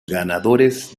ganadores